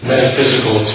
Metaphysical